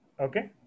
Okay